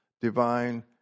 divine